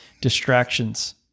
distractions